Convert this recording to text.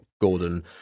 Gordon